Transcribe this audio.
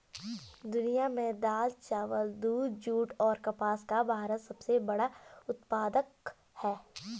दुनिया में दाल, चावल, दूध, जूट और कपास का भारत सबसे बड़ा उत्पादक है